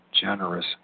generous